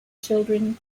children